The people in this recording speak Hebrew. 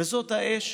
וזאת האש